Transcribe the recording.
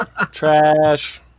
Trash